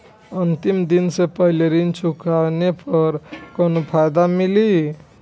अंतिम दिन से पहले ऋण चुकाने पर कौनो फायदा मिली?